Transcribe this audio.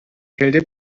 kälte